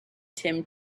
tim